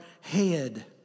head